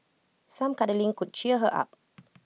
some cuddling could cheer her up